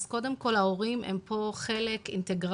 אז קודם כל ההורים הם פה חלק אינטגרלי,